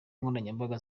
nkoranyambaga